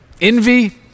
envy